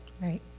Right